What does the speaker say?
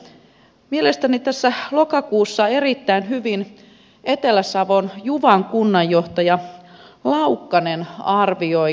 tässä lokakuussa mielestäni erittäin hyvin etelä savon juvan kunnanjohtaja laukkanen arvioi asiaa näin